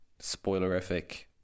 spoilerific